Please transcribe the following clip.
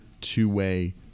two-way